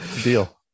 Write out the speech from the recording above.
deal